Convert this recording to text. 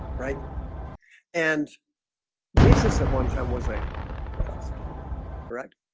right and jesus at one time was a breast correct